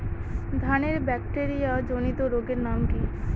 ধানের ব্যাকটেরিয়া জনিত রোগের নাম কি?